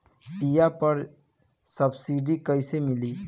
बीया पर सब्सिडी कैसे मिली?